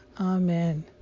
amen